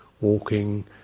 walking